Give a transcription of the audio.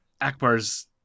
Akbar's